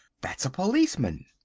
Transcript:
that's a policeman!